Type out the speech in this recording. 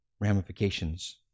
ramifications